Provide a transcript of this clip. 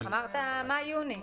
אמרת: מאי יוני.